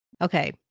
Okay